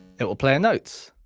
it will play a note.